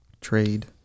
trade